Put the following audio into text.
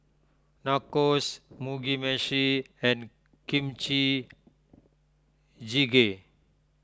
Nachos Mugi Meshi and Kimchi Jjigae